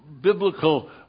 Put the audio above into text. biblical